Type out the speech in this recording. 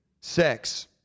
sex